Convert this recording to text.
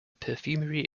perfumery